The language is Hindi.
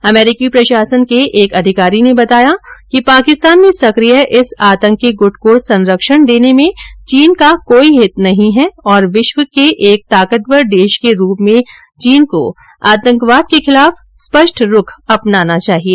अमरीकी प्रशासन के एक अधिकारी ने बताया कि पाकिस्तान में सक्रिय इस आतंकी गुट को संरक्षण देने में चीन का कोई हित नहीं है और विश्व के एक ताकतवर देश के रूप में चीन को आतंकवाद के खिलाफ स्पष्ट रुख अपनाना चाहिए